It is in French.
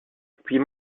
puis